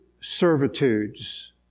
servitudes